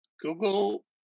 Google